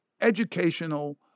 educational